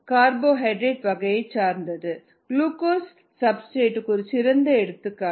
carbohydrate வகையைச் சார்ந்த glucose சப்ஸ்டிரேட்க்கு ஒரு சிறந்த எடுத்துக்காட்டு